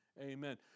amen